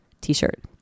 t-shirt